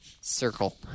circle